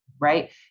right